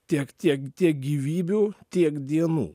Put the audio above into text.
tiek tiek tiek gyvybių tiek dienų